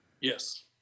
Yes